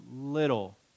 little